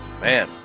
Man